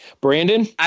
Brandon